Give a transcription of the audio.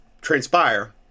transpire